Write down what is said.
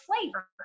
flavor